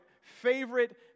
favorite